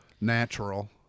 natural